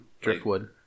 Driftwood